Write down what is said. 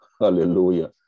Hallelujah